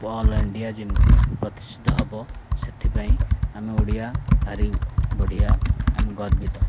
all India ଯେମିତି ପ୍ରତିଷ୍ଠିତ ହବ ସେଥିପାଇଁ ଆମେ ଓଡ଼ିଆ ଭାରି ବଢ଼ିଆ ଆମେ ଗର୍ବିତ